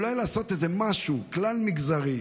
אולי לעשות משהו כלל-מגזרי,